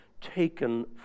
taken